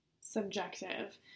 subjective